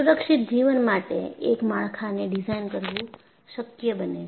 સુરક્ષિત જીવન માટે એક માળખાંને ડિઝાઇન કરવું શક્ય બને છે